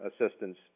assistance